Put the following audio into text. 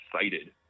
excited